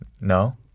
No